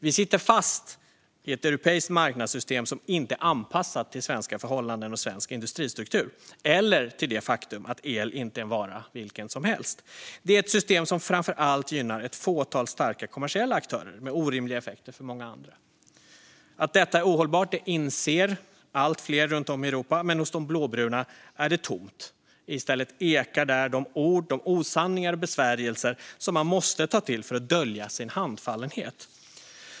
Vi sitter fast i ett europeiskt marknadssystem som inte är anpassat till svenska förhållanden och svensk industristruktur eller till det faktum att el inte är en vara vilken som helst. Det är ett system som framför allt gynnar ett fåtal starka kommersiella aktörer, med orimliga effekter för många andra. Att detta är ohållbart inser allt fler runt om i Europa, men hos de blåbruna är det tomt. I stället ekar där de ord, osanningar och besvärjelser som man måste ta till för att dölja sin handfallenhet.